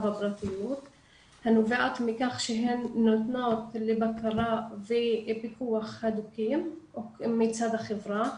הפרטיות שנובעת מכך שהן נתונות לבקרה ופיקוח הדוקים מצד החברה.